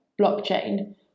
blockchain